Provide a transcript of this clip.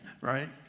Right